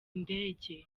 indege